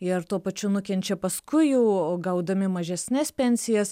ir tuo pačiu nukenčia paskui jau gaudami mažesnes pensijas